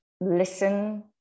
listen